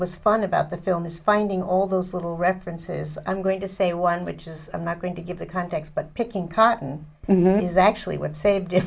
was fun about the film is finding all those little references i'm going to say one which is i'm not going to give the context but picking cotton is actually what saved i